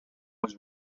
was